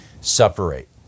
separate